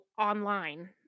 online